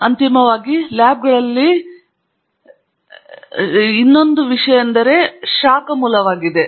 ಮತ್ತು ಅಂತಿಮವಾಗಿ ಲ್ಯಾಬ್ಗಳಲ್ಲಿ ಸಾಮಾನ್ಯವಾಗಿ ಕಂಡುಬರುವ ದೃಷ್ಟಿಕೋನದಿಂದ ಕನಿಷ್ಠ ನಾನು ಹೈಲೈಟ್ ಮಾಡುವ ಇತರ ವಿಷಯವು ಶಾಖ ಮೂಲವಾಗಿದೆ